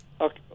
Okay